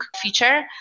feature